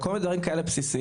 או כל מיני דברים כאלה בסיסיים,